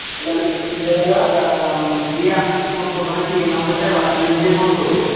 তাহলে আমি সন্ধ্যেবেলা গিয়ে আপনাকে ফোন করব নাকি এই নম্বরটায় বাসস্ট্যান্ডে গিয়ে ফোন করব